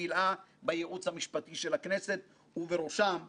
זכיתי בארבע השנים האחרונות לעבוד לצידך,